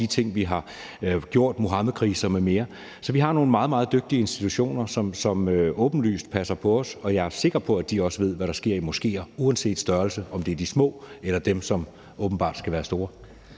de ting, vi har gjort, Muhammedkriser m.m. Så vi har nogle meget, meget dygtige institutioner, som åbenlyst passer på os, og jeg er sikker på, at de også ved, hvad der sker i moskéer, uanset størrelse – om det er de små, eller om det er dem, som åbenbart skal være store.